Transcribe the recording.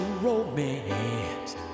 romance